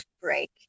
break